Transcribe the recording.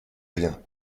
rien